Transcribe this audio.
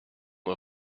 for